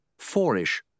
Fourish